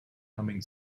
humming